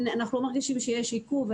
אנחנו לא מרגישים שיש עיכוב.